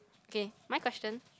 okay my question